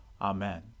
Amen